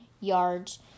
yards